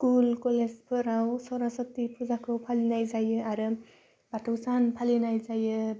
school कलेजफोराव सर'स्वति फुजाखौ फालिनाय जायो आरो बाथौ सान फालिनाय जायो